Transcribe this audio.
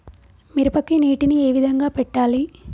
మిరపకి నీటిని ఏ విధంగా పెట్టాలి?